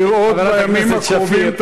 לראות בימים הקרובים,